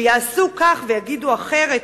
שיעשו כך ויגידו אחרת,